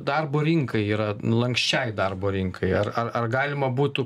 darbo rinkai yra lanksčiai darbo rinkai ar ar ar galima būtų